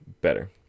better